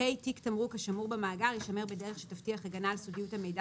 (ה)תיק תמרוק השמור במאגר יישמר בדרך שתבטיח הגנה על סודיות המידע